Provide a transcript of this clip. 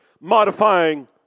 modifying